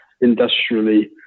industrially